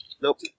Nope